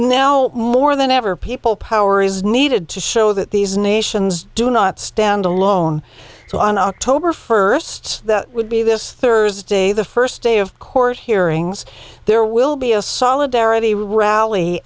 now more than ever people power is needed to show that these nations do not stand alone so on october first that would be this thursday the first day of course hearings there will be a solidarity rally